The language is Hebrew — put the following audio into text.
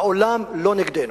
העולם לא נגדנו,